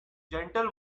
gentle